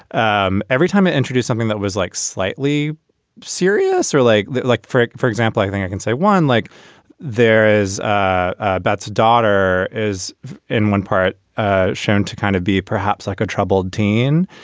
um every time i introduce something that was like slightly serious or like like frick, for example, i think i can say one like there is about's daughter is in one part ah charan to kind of be perhaps like a troubled teen,